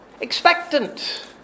expectant